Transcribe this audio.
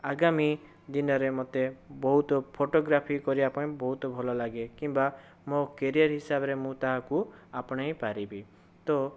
ଆଗାମୀ ଦିନରେ ମୋତେ ବହୁତ ଫୋଟୋଗ୍ରାଫି କରିବାପାଇଁ ବହୁତ ଭଲ ଲାଗେ କିମ୍ବା ମୋ କ୍ୟାରିଅର ହିସାବରେ ମୁଁ ତାହାକୁ ଆପଣେଇ ପାରିବି ତ